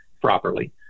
properly